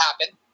happen